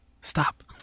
stop